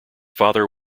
father